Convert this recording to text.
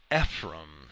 Ephraim